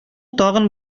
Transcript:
тагы